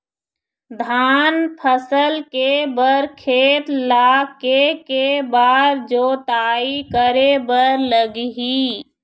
धान फसल के बर खेत ला के के बार जोताई करे बर लगही?